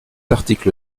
article